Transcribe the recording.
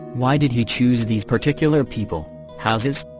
why did he choose these particular people houses?